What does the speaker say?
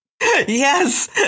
yes